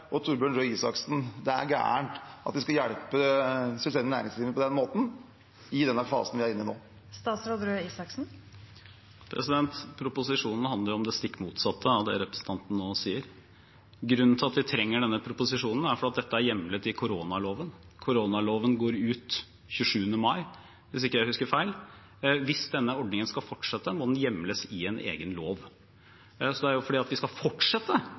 og Torbjørn Røe Isaksen det er galt at vi skal hjelpe selvstendig næringsdrivende på den måten i den fasen vi er i nå? Proposisjonen handler om det stikk motsatte av det representanten nå sier. Grunnen til at vi trenger denne proposisjonen, er at dette er hjemlet i koronaloven. Koronaloven går ut 27. mai, hvis jeg ikke husker feil. Hvis denne ordningen skal fortsette, må den hjemles i en egen lov. Det er jo fordi vi skal fortsette